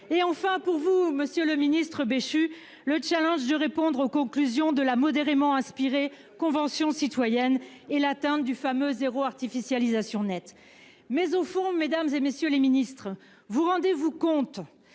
; enfin, pour vous, monsieur Béchu, le challenge de répondre aux conclusions de la modérément inspirée Convention citoyenne pour le climat et l'atteinte du fameux « zéro artificialisation nette ». Toutefois, mesdames, messieurs les ministres, vous rendez-vous compte